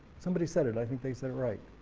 somebody said it, i think they said it right